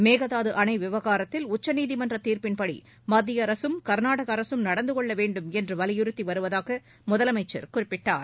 மேகதாது அணை விவகாரத்தில் உச்சநீதிமன்ற தீர்ப்பின்படி மத்திய அரசும் கர்நாடக அரசும் நடந்து கொள்ள வேண்டும் என்று வலியுறுத்தி வருவதாக முதலமைச்சன் குறிப்பிட்டார்